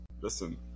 listen